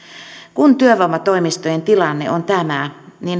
kun työvoimatoimistojen tilanne on tämä niin